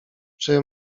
czy